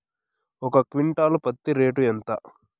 ఒక క్వింటాలు పత్తి రేటు ఎంత?